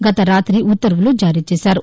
గత రాత్రి ఉత్తర్వులు జారీ చేశారు